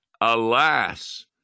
Alas